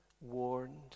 warned